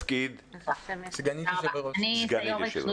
יש לנו